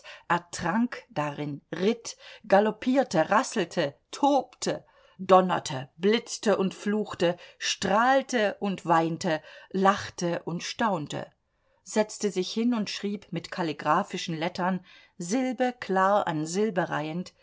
ertrank darin ritt galoppierte rasselte tobte donnerte blitzte und fluchte strahlte und weinte lachte und staunte setzte sich hin und schrieb mit kalligraphischen lettern silbe klar an